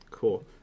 Cool